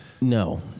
no